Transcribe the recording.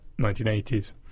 1980s